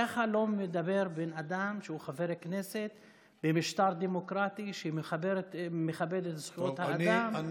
ככה לא מדבר בן אדם שהוא חבר כנסת במשטר דמוקרטי שמכבד את זכויות האדם.